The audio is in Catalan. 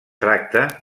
tracta